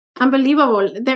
unbelievable